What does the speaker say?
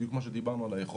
בדיוק מה שדיברנו על היכולת